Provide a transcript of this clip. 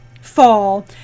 fall